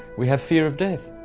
we have fear of death.